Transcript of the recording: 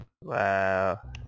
Wow